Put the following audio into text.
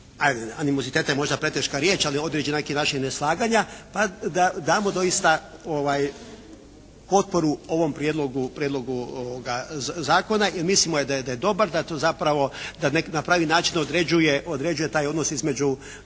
animoziteta je možda preteška riječ, ali određena na neki način neslaganja pa da damo doista potporu ovom prijedlogu ovoga zakona jer mislimo da je dobar, da na pravi način određuje taj odnos između